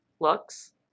looks